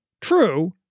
True